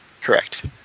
correct